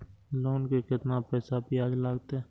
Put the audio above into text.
Loan के केतना पैसा ब्याज लागते?